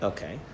Okay